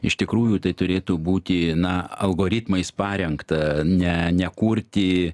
iš tikrųjų tai turėtų būti na algoritmais parengta ne nekurti